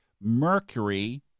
Mercury